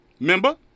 remember